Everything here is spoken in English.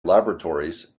laboratories